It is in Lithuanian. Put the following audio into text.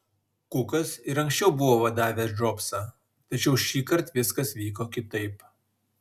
kukas ir anksčiau buvo vadavęs džobsą tačiau šįkart viskas vyko kitaip